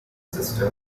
sister